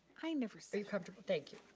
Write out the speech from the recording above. i never said are you comfortable? thank you.